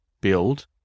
build